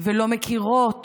ולא מכירות